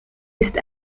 ist